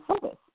service